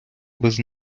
без